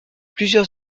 plusieurs